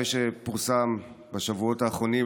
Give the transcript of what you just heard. זה שפורסם בשבועות האחרונים,